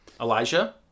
Elijah